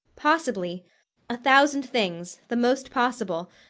possibly a thousand things, the most possible,